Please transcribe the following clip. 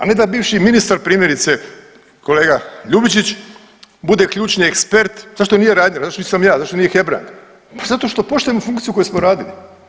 A ne da bivši ministar primjerice kolega Ljubičić bude ključni ekspert zašto nije Reiner, zašto nisam ja, zašto nije Hebrang, pa zato što poštujemo funkciju koju smo radili.